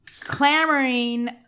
clamoring